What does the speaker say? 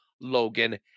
Logan